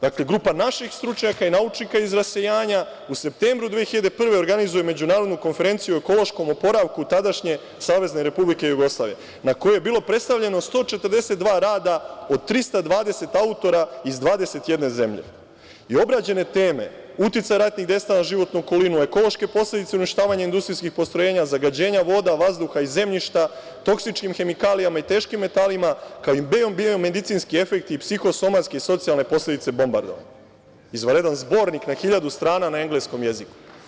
Dakle, grupa naših stručnjaka i naučnika iz rasejanja u septembru 2001. godine organizuje Međunarodnu konferenciju o ekološkom oporavku tadašnje Savezne Republike Jugoslavije na kojoj su bila predstavljena 142 rada od 320 autora iz 21 zemlje i obrađene teme – uticaj ratnih dejstava na životnu sredinu, ekološke posledice uništavanja industrijskih postrojenja, zagađenja voda, vazduha i zemljišta toksičnim hemikalijama i teškim metalima, kao i medicinski efekti i psihosomatske i socijalne posledice bombardovanja, izvanredan zbornik na 1.000 strana na engleskom jeziku.